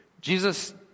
Jesus